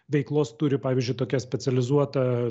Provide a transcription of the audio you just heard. veiklos turi pavyzdžiui tokia specializuota